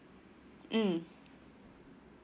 mm